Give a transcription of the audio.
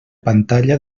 pantalla